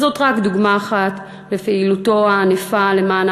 וזאת רק דוגמה אחת לפעילותו הענפה למען